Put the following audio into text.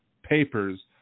papers